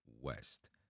West